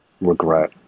regret